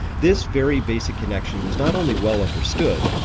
this very basic connection was not only well understood,